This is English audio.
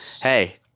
hey